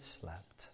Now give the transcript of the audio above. slept